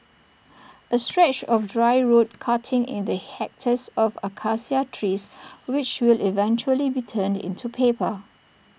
A stretch of dry road cutting in the hectares of Acacia trees which will eventually be turned into paper